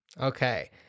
Okay